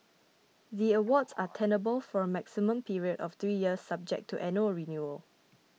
the awards are tenable for a maximum period of three years subject to annual renewal